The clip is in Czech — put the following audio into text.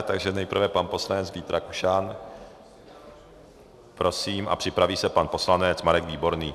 Takže nejprve pan poslanec Vít Rakušan, prosím, a připraví se pan poslanec Marek Výborný.